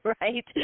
right